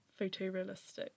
photorealistic